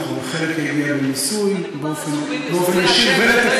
נכון, חלק יגיע במיסוי ישיר, אבל מדובר על